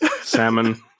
salmon